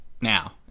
now